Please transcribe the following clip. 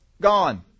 gone